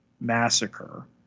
massacre